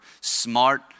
smart